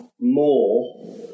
more